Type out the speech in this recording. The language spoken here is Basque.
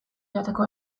joateko